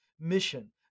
Mission